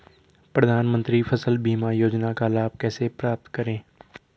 प्रधानमंत्री फसल बीमा योजना का लाभ कैसे प्राप्त करें?